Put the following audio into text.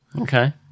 Okay